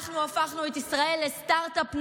אנחנו הפכנו את ישראל לסטרטאפ ניישן,